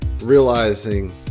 realizing